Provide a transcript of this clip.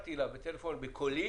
ואישרתי לה בטלפון בקולי